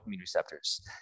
receptors